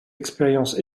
expériences